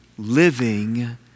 Living